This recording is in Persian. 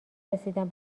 رسیدن